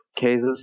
cases